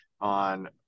on